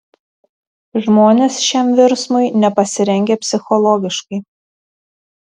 žmonės šiam virsmui nepasirengę psichologiškai